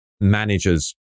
managers